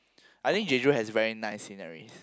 I think Jeju has very nice sceneries